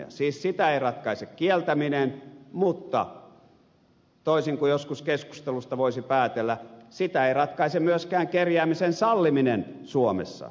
siis sitä ei ratkaise kieltäminen mutta toisin kuin joskus keskustelusta voisi päätellä sitä ei ratkaise myöskään kerjäämisen salliminen suomessa